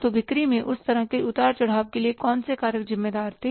तो बिक्री में उस तरह के उतार चढ़ाव के लिए कौन से कारक जिम्मेदार थे